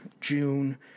June